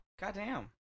Goddamn